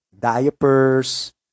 diapers